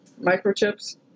microchips